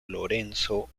lorenzo